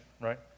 right